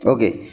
Okay